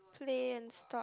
play and stop